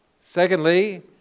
Secondly